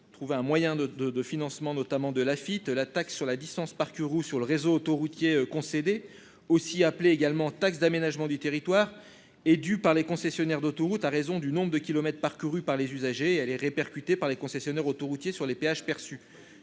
trouver un moyen de, de, de financement, notamment de la fille de la taxe sur la distance parcourue sur le réseau autoroutier concédé, aussi appelé également taxe d'aménagement du territoire et du par les concessionnaires d'autoroutes a raison du nombre de kilomètres parcourus par les usagers, elle est répercutée par les concessionnaires autoroutiers sur les péages perçus,